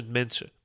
mensen